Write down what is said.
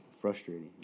frustrating